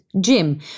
Jim